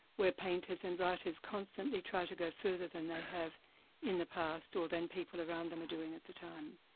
where painters and writers constantly try to go further than they have in the past or than people around them are doing at the time.